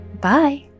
Bye